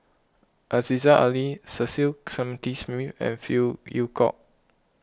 Aziza Ali Cecil Clementi Smith and Phey Yew Kok